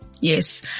Yes